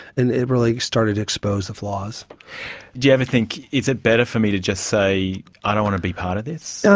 and it really started to expose the flaws. did you ever think, is it better for me to just say, i don't want to be part of this'?